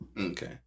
okay